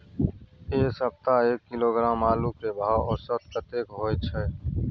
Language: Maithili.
ऐ सप्ताह एक किलोग्राम आलू के भाव औसत कतेक होय छै?